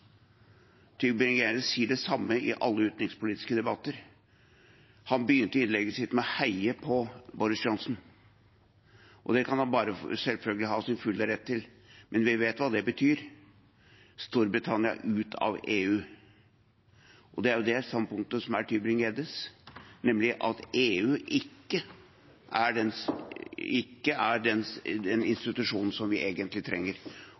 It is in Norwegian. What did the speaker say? Tybring-Gjedde sier det samme i alle utenrikspolitiske debatter. Han begynte innlegget sitt med å heie på Boris Johnson. Det er han selvfølgelig i sin fulle rett til, men vi vet hva det betyr: Storbritannia ut av EU. Det er jo det standpunktet som er Tybring-Gjeddes, nemlig at EU ikke er en institusjon som vi egentlig trenger,